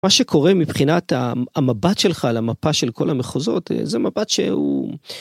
מה שקורה מבחינת המבט שלך על המפה של כל המחוזות זה מבט שהוא.